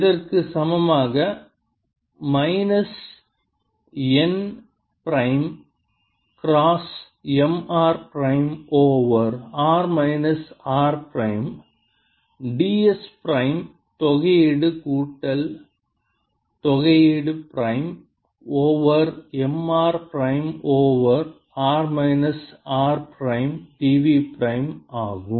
இதற்கு சமமாக minus n prime cross M r prime over r minus r prime d s prime தொகையீடு கூட்டல் தொகையீடு prime over M r prime over r minus r prime dv prime ஆகும்